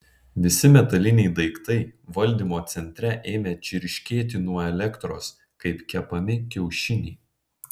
visi metaliniai daiktai valdymo centre ėmė čirškėti nuo elektros kaip kepami kiaušiniai